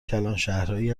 کلانشهرهایی